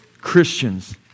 Christians